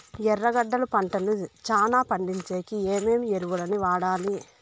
ఎర్రగడ్డలు పంటను చానా పండించేకి ఏమేమి ఎరువులని వాడాలి?